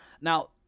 Now